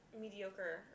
mediocre